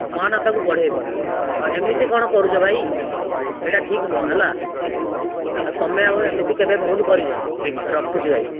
ମହାନତାକୁ ବଢ଼େଇବ ଆଉ ଏମିତି କଣ କରୁଛ ଭାଇ ଏଇଟା ଠିକ୍ ନୁହଁ ହେଲା ଆଉ ତମେ ଆଉ ଏମିତି କେବେ ଭୁଲ କରିବନି ରଖୁଛି ଭାଇ